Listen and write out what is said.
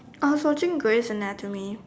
I was watching Grey's anatomy